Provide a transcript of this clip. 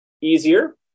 easier